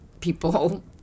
people